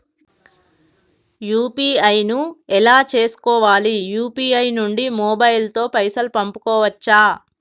UPI ను ఎలా చేస్కోవాలి యూ.పీ.ఐ నుండి మొబైల్ తో పైసల్ పంపుకోవచ్చా?